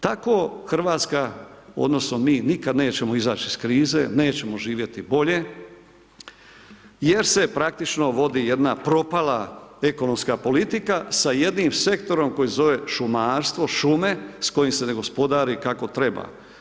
Tako Hrvatska odnosno mi nikada nećemo izaći iz krize, nećemo živjeti bolje jer se praktično vodi jedna propala ekonomska politika sa jednim sektorom koji se zove šumarstvo, šume s kojim se ne gospodari kako treba.